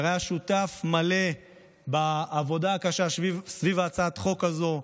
שהיה שותף מלא לעבודה הקשה סביב הצעת החוק הזו,